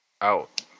out